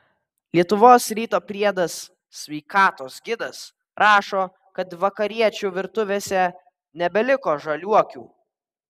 lietuvos ryto priedas sveikatos gidas rašo kad vakariečių virtuvėse nebeliko žaliuokių